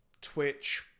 Twitch